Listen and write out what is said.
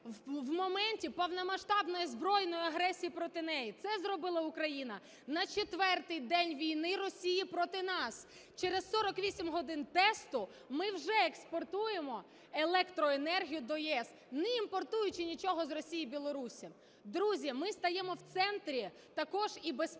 в момент повномасштабної збройної агресії проти неї. Це зробила Україна на 4 день війни Росії проти нас. Через 48 годин … (Не чути) ми вже експортуємо електроенергію до ЄС, не імпортуючи нічого з Росії, і Білорусі. Друзі, ми стаємо в центрі також і безпеки,